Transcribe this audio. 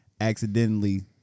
accidentally